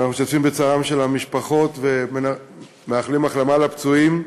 ואנחנו משתתפים בצערן של המשפחות ומאחלים החלמה מהירה לפצועים,